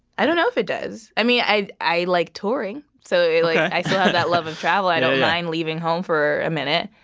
i don't know if it does. i mean i i like touring. so i, like i still have that love travel. i don't mind leaving home for a minute.